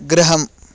गृहम्